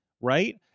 right